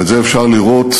ואת זה אפשר לראות